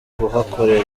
kuhakorera